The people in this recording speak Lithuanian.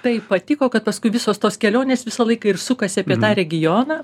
taip patiko kad paskui visos tos kelionės visą laiką ir sukasi apie tą regioną